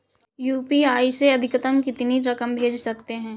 UPI से अधिकतम कितनी रकम भेज सकते हैं?